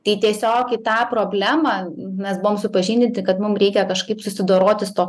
tai tiesiog į tą problemą mes buvom supažindinti kad mum reikia kažkaip susidoroti su tuo